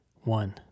One